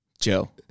Joe